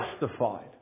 justified